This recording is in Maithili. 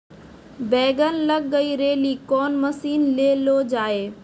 बैंगन लग गई रैली कौन मसीन ले लो जाए?